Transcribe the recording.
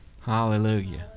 hallelujah